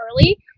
early